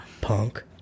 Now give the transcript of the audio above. punk